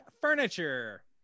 furniture